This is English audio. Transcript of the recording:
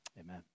Amen